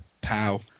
Pow